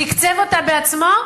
תקצב אותה בעצמו,